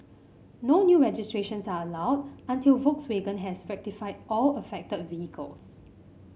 no new registrations are allowed until Volkswagen has rectified all affected vehicles